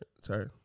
sorry